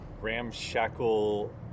Ramshackle